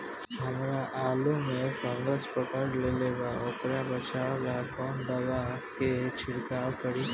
हमरा आलू में फंगस पकड़ लेले बा वोकरा बचाव ला कवन दावा के छिरकाव करी?